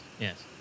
yes